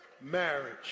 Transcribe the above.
marriage